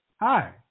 Hi